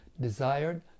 desired